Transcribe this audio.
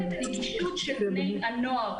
הנגישות של בני הנוער.